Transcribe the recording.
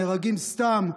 נהרגים סתם,